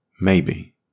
Maybe